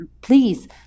please